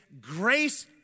grace